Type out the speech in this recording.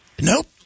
Nope